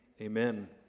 amen